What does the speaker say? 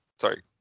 Sorry